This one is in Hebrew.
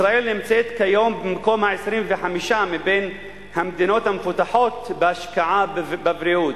ישראל נמצאת כיום במקום ה-25 מבין המדינות המפותחות בהשקעה בבריאות.